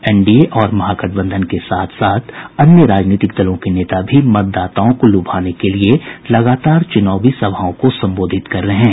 NDA और महागठबंधन के साथ साथ अन्य राजनीतिक दलों के नेता भी मतदाताओं को लुभाने के लिए लगातार चुनावी सभाओं को संबोधित कर रहे हैं